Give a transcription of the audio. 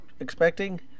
expecting